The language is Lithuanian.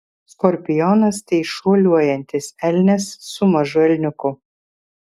skorpionas tai šuoliuojantis elnias su mažu elniuku